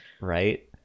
Right